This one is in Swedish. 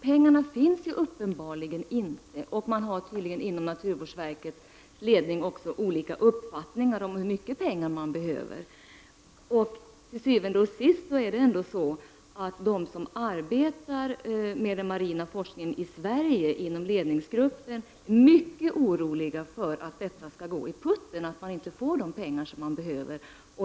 Pengarna finns uppenbarligen inte, och man har i naturvårdsverkets ledning tydligen också olika uppfattningar om hur mycket pengar man behöver. Til syvende og sidst är det ändå så att de som inom ledningsgruppen arbetar med den marina forskningen i Sverige är mycket oroliga för att detta projekt skall gå i putten, att man inte skall få de pengar man behöver.